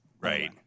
Right